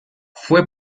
fue